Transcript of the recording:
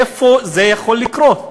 איפה זה יכול לקרות?